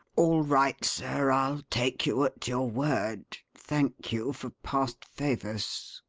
all right, sir, i'll take you at your word. thank you for past favours.